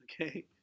Okay